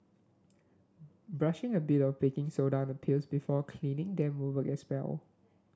brushing a bit of baking soda on peels before cleaning them will work as well